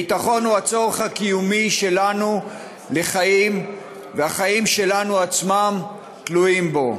הביטחון הוא הצורך הקיומי שלנו לחיים והחיים שלנו עצמם תלויים בו.